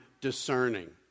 discerning